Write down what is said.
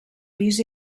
pis